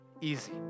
easy